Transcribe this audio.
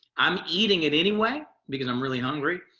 i'm eating it anyway because i'm really hungry.